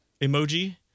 emoji